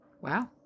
wow